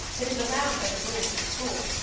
that is allowed by the rules of the school.